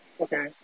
Okay